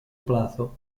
plazo